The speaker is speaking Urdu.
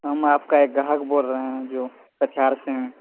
ہم آپ کا ایک گاہک بول رہے ہیں جو کٹیہار سے ہیں